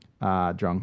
Drunk